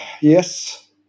Yes